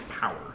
power